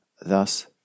Thus